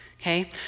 okay